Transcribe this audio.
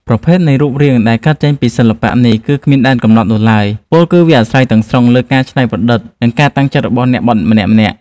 ប្រភេទនៃរូបរាងដែលកើតចេញពីសិល្បៈនេះ គឺគ្មានដែនកំណត់នោះឡើយ ពោលគឺវាអាស្រ័យទាំងស្រុងទៅលើការច្នៃប្រឌិត និងការតាំងចិត្តរបស់អ្នកបត់ម្នាក់ៗ។